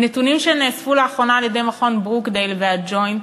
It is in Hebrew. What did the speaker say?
נתונים שנאספו לאחרונה על-ידי מכון ברוקדייל וה"ג'וינט"